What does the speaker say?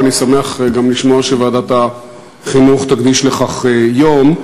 ואני שמח גם לשמוע שוועדת החינוך תקדיש לכך יום.